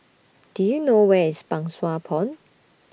Do YOU know Where IS Pang Sua Pond